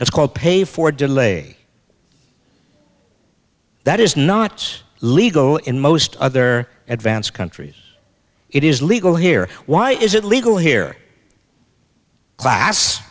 it's called pay for delay that is knots legal in most other advanced countries it is legal here why is it legal here class